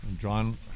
John